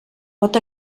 pot